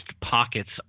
pockets